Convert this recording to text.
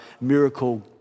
Miracle